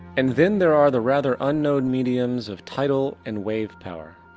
and then there are the rather unknown mediums of tidal and wave power.